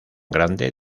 grande